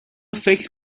فکر